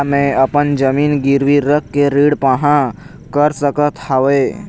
का मैं अपन जमीन गिरवी रख के ऋण पाहां कर सकत हावे?